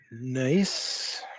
Nice